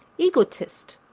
egotist,